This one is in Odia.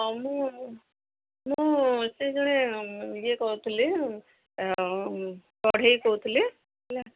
ହଁ ମୁଁ ମୁଁ ସେ ଜଣେ ଇଏ କହୁଥିଲି ବଢ଼େଇ କହୁଥିଲି ହେଲା